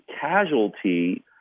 casualty